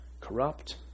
corrupt